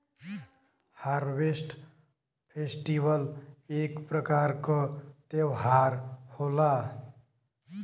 harvest festival एक प्रकार क त्यौहार होला